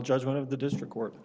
judgment of the district court